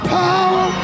power